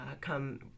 come